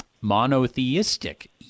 monotheistic